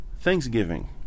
Thanksgiving